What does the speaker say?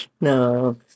No